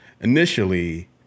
initially